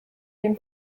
dem